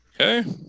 Okay